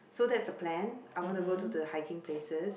so that's the plan I want to go to the hiking places